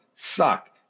suck